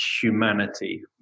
humanity